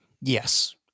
Yes